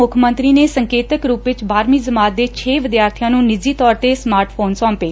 ਮੁੱਖ ਮੰਤਰੀ ਨੇ ਸੰਕੇਤਕ ਰੁਪ ਵਿੱਚ ਬਾਰ੍ਵੀ ਜਮਾਤ ਦੇ ਛੇ ਵਿਦਿਆਥੀਆਂ ਨੂੰ ਨਿੱਜੀ ਤੌਰ ਤੇ ਸਮਾਰਟ ਫੋਨ ਸੌਂਪੇ